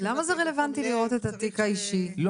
למה זה רלוונטי לראות את התיק האישי של החושף?